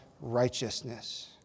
righteousness